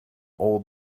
old